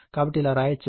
కాబట్టి ఇలా వ్రాయవచ్చు